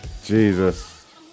Jesus